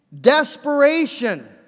desperation